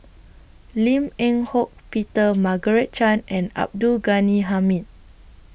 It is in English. Lim Eng Hock Peter Margaret Chan and Abdul Ghani Hamid